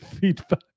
feedback